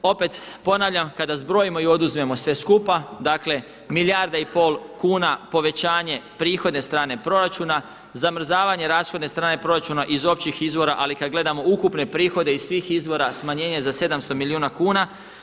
Opet ponavljam kada zbrojimo i oduzmemo sve skupa, dakle milijarda i pol kuna povećanje prihodne strane proračuna, zamrzavanje rashodne strane proračuna iz općih izvora ali kad gledamo ukupne prihode iz svih izvora, smanjenje za 700 milijuna kuna.